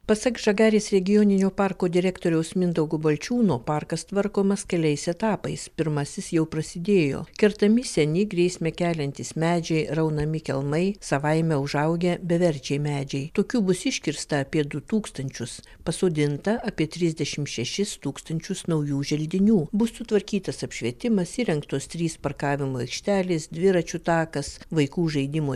pasak žagarės regioninio parko direktoriaus mindaugo balčiūno parkas tvarkomas keliais etapais pirmasis jau prasidėjo kertami seni grėsmę keliantys medžiai raunami kelmai savaime užaugę beverčiai medžiai tokių bus iškirsta apie du tūkstančius pasodinta apie trisdešimt šešis tūkstančius naujų želdinių bus sutvarkytas apšvietimas įrengtos trys parkavimo aikštelės dviračių takas vaikų žaidimo